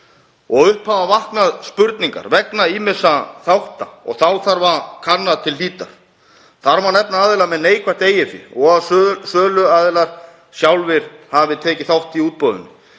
og upp hafa vaknað spurningar vegna ýmissa þátta og þá þarf að kanna til hlítar. Þar má nefna aðila með neikvætt eigið fé og að söluaðilar sjálfir hafi tekið þátt í útboðinu.